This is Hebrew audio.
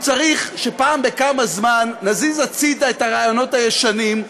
הוא צריך שפעם בכמה זמן נזיז הצדה את הרעיונות הישנים,